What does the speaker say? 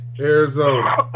Arizona